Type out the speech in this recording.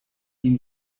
ihn